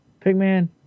Pigman